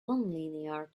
nonlinear